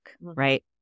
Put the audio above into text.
right